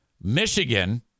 Michigan